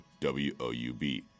woub